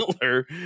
Miller